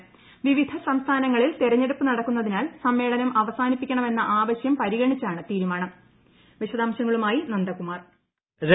പ്രിപ്പിധ് സംസ്ഥാനങ്ങളിൽ തെര ഞ്ഞെടുപ്പ് നടക്കുന്നതിനാൽ ന്ട്മേള്നം അവസാനിപ്പിക്കണമെന്ന ആവശ്യം പരിഗണിച്ചാണ് തീരുമാനം വിശദാംശങ്ങളിലേക്ക്